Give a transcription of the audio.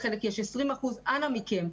בחלק יש 20%. אנא מכם,